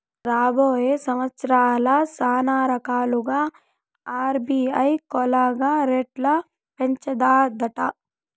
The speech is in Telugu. రాబోయే సంవత్సరాల్ల శానారకాలుగా ఆర్బీఐ కోలక రేట్లు పెంచతాదట